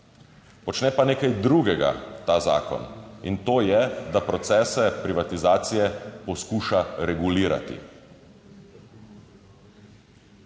Počne pa nekaj drugega ta zakon. In to je, da procese privatizacije poskuša regulirati.